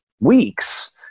weeks